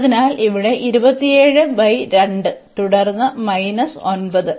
അതിനാൽ ഇവിടെ തുടർന്ന് 9